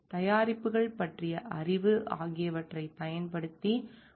தயாரிப்புகள் பற்றிய அறிவு ஆகியவற்றைப் பயன்படுத்தி ஆலோசகர்களாக செயல்படுகிறோம்